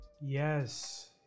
yes